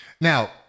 Now